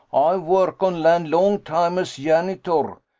ay work on land long time as yanitor.